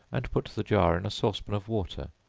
and put the jar in a sauce-pan of water,